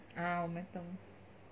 ah momentum